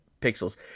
Pixels